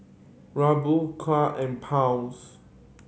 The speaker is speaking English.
Ruble Kyat and Pound